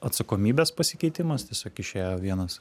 atsakomybės pasikeitimas tiesiog išėjo vienas